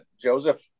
joseph